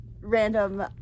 random